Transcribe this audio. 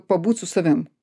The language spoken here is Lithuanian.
pabūt su savim